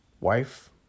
wife